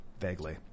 Vaguely